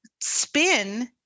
spin